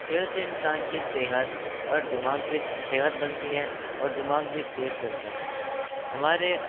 खेल से इंसान की सेहत और दिमाग भी सेहत बनती है और दिमाग भी तेज़ चलता है हमारे